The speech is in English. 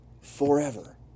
forever